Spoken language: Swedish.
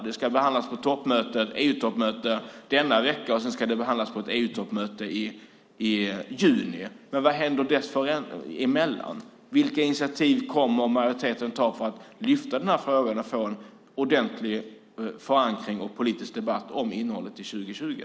Det ska behandlas på EU-toppmötet denna vecka, och sedan ska det behandlas på ett EU-toppmöte i juni. Men vad händer däremellan? Vilka initiativ kommer majoriteten att ta för att lyfta upp den här frågan och få en ordentlig förankring och politisk debatt om innehållet i EU 2020?